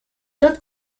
todd